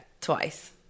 Twice